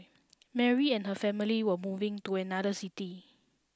Mary and her family were moving to another city